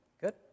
Good